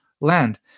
land